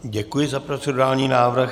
Děkuji za procedurální návrh.